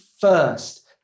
first